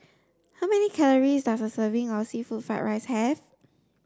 how many calories does a serving of seafood fried rice have